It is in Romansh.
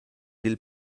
dil